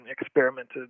experimented